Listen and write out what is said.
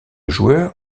joueur